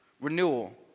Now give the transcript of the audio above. Renewal